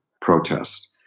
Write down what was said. protest